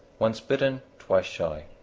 once bitten, twice shy.